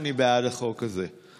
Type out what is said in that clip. אני בעד החוק הזה.